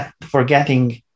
forgetting